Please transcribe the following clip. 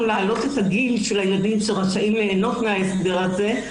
להעלות את הגיל של הילדים שרשאים ליהנות מן ההסדר הזה,